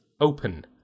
open